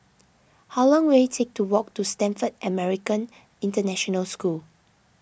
how long will it take to walk to Stamford American International School